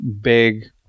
big